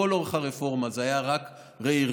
לכל אורך הרפורמה, זה היה רק רה-ארגון.